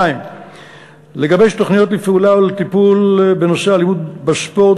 2. לגבש תוכניות לפעולה ולטיפול בנושא אלימות בספורט,